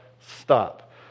stop